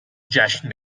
جشن